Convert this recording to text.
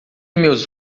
meus